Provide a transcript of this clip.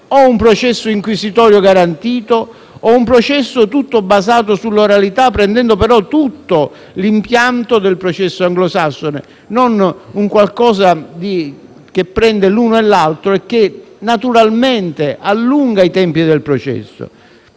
o un processo inquisitorio garantito o un processo tutto basato sull'oralità, prendendo però tutto l'impianto del processo anglosassone, senza creare qualcosa che prende l'uno e l'altro modello e che naturalmente allunga i tempi del processo.